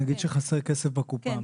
נגיד חסר כסף בקופה.